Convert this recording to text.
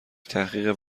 تحقیق